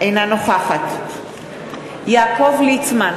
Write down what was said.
אינה נוכחת יעקב ליצמן,